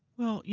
well, yeah